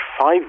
five